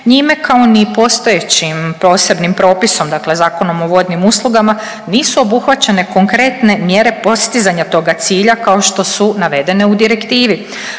njime kao ni postojećim posebnim propisom dakle Zakonom o vodnim uslugama nisu obuhvaćene konkretne mjere postizanja toga cilja kao što su navedene u direktivi.